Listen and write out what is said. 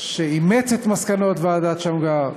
שאימץ את מסקנות ועדת שמגר,